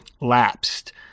lapsed